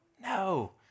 No